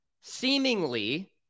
seemingly